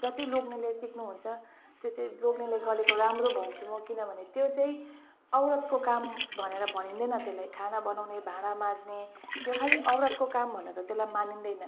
जति लोग्नेले सिक्नुहुन्छ त्यो चाहिँ लोग्नेले गरेको राम्रो भन्छु म किनभने त्यो चाहिँ औरतको काम भनेर भनिँदैन त्यसलाई खाना बनाउने भाँडा माझ्ने त्यो खाली औरतको काम भनेर त्यसलाई मानिँदैन